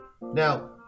Now